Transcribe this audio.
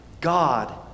God